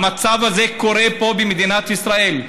המצב הזה קורה פה, במדינת ישראל.